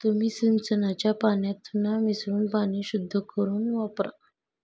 तुम्ही सिंचनाच्या पाण्यात चुना मिसळून पाणी शुद्ध करुन वापरा